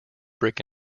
brick